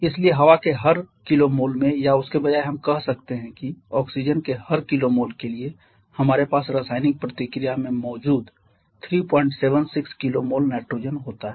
इसलिए हवा के हर kmol में या उसके बजाय हम कह सकते है की ऑक्सीजन के हर kmol के लिए हमारे पास रासायनिक प्रतिक्रिया में मौजूद 376 kmol नाइट्रोजन होता है